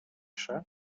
pisze